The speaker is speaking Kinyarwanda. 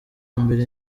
mbere